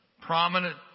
prominent